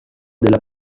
della